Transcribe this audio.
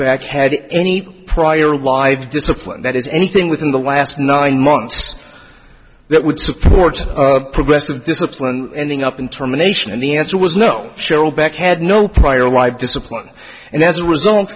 back had any prior live discipline that is anything within the last nine months that would support progressive discipline and ing up and terminations and the answer was no cheryl back had no prior live discipline and as a result